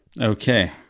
Okay